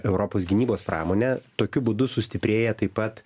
europos gynybos pramonę tokiu būdu sustiprėja taip pat